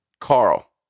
Carl